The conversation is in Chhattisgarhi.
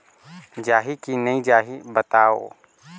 जाही की नइ जाही बताव?